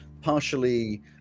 partially